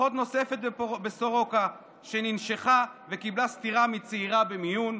אחות נוספת בסורוקה שננשכה וקיבלה סטירה מצעירה במיון,